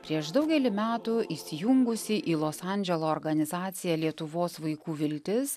prieš daugelį metų įsijungusi į los andželo organizacija lietuvos vaikų viltis